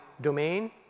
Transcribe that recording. domain